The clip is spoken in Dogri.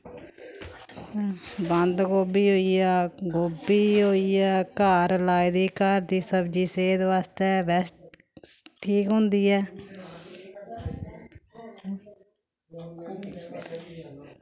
बंद गोभी होइया गोभी होइया घर लाये दे घर दी सब्जी सेह्त वास्तै बेस्ट ठीक होंदी ऐ